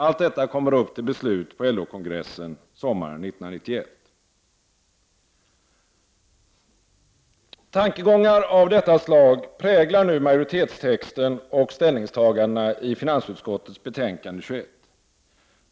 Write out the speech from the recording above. Allt detta kommer upp till beslut på LO-kongressen sommaren 1991. Tankegångar av detta slag präglar majoritetstexten och ställningstagandena i finansutskottets betänkande 21.